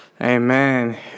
Amen